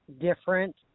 different